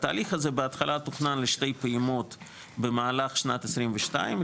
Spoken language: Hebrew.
התהליך הזה בהתחלה תוכנן לשתי פעימות במהלך שנת 2022,